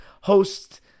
host